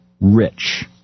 rich